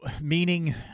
Meaning